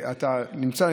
אתה נמצא,